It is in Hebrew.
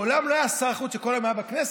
מעולם לא היה שר חוץ שכל היום היה בכנסת.